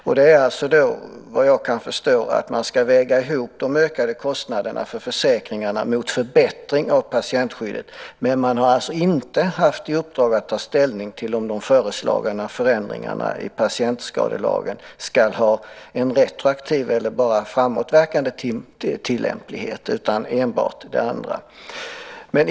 Det betyder alltså, såvitt jag kan förstå, att man ska väga ihop de ökade kostnaderna för försäkringarna mot förbättring av patientskyddet, men man har alltså inte haft i uppdrag att ta ställning till om de föreslagna förändringarna i patientskadelagen ska ha en retroaktiv eller bara framåtverkande tillämplighet, utan enbart det andra.